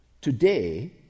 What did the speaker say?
Today